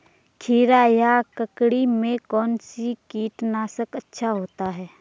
खीरा या ककड़ी में कौन सा कीटनाशक अच्छा रहता है?